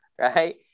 right